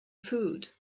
food